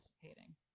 participating